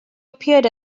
appeared